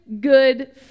good